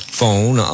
phone